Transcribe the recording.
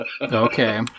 Okay